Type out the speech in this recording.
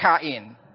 kain